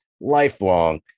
lifelong